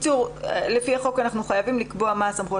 לפי החוק אנחנו חייבים לקבוע מה הסמכויות